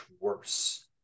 worse